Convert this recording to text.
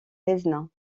pézenas